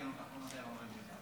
עוד יותר חמור.